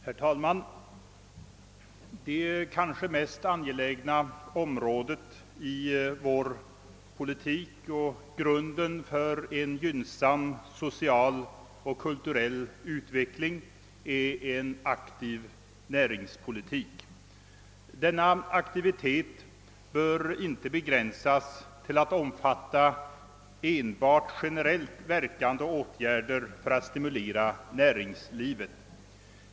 Herr talman! Det kanske mest angelägna politiska området och grunden för en gynnsam social och kulturell utveckling är en aktiv näringspolitik. Denna aktivitet bör inte begränsas till att omfatta enbart generellt verkande åtgärder för att stimulera näringslivet.